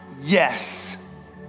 yes